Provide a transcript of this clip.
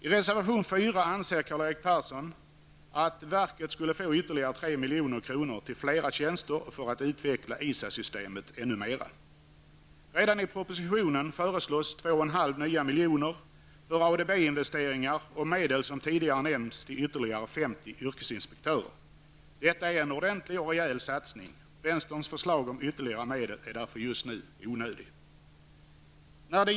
I reservation 4 föreslår Karl-Erik Persson att verket skall få ytterligare 3 milj.kr. till flera tjänster för att utveckla ISA-systemet ännu mer. Redan i propositionen föreslås 2,5 nya miljoner för ADB investeringar och, som tidigare nämnts, till ytterligare 50 yrkesinspektörer. Detta är en ordentlig och rejäl satsning. Vänsterpartiets förslag om ytterligare medel är därför just nu onödigt.